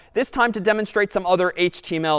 this time to demonstrate some other html